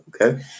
Okay